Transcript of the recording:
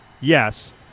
Yes